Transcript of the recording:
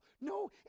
No